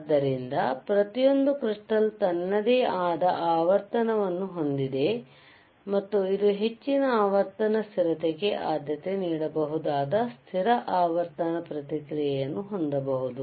ಆದ್ದರಿಂದ ಪ್ರತಿಯೊಂದು ಕೃಸ್ಟಾಲ್crystal ತನ್ನದೇ ಆದ ಆವರ್ತನವನ್ನು ಹೊಂದಿದೆ ಮತ್ತು ಇದು ಹೆಚ್ಚಿನ ಆವರ್ತನ ಸ್ಥಿರತೆಗೆ ಆದ್ಯತೆ ನೀಡಬಹುದಾದ ಸ್ಥಿರ ಆವರ್ತನ ಪ್ರತಿಕ್ರಿಯೆಯನ್ನು ಹೊಂದಬಹುದು